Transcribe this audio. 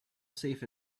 safe